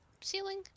ceiling